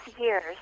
years